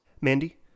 Mandy